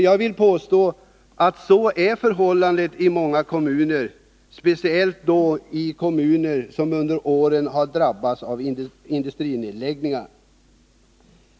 Jag vill påstå att så är förhållandet i många kommuner, speciellt då i kommuner som under åren drabbats av industrinedläggningar.